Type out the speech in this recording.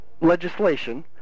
legislation